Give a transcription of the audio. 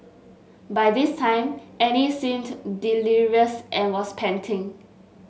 by this time Annie seemed delirious and was panting